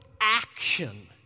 action